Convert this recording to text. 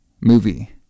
movie